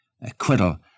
acquittal